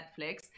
Netflix